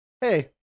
hey